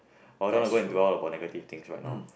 I wouldn't like go and dwell about negative things right now